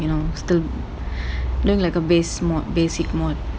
you know still doing like a base module a basic module